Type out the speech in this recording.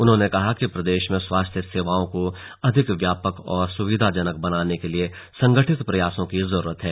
उन्होंने कहा कि प्रदेश में स्वास्थ्य सुविधाओं को अधिक व्यापक और सुविधाजनक बनाने के लिए संगठित प्रयासों की जरूरत है